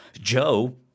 Joe